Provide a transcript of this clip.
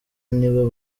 nibo